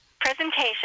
presentation